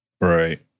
Right